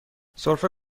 سرفه